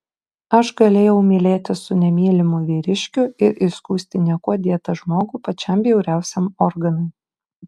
aš galėjau mylėtis su nemylimu vyriškiu ir įskųsti niekuo dėtą žmogų pačiam bjauriausiam organui